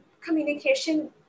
communication